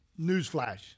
Newsflash